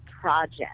project